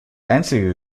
einzige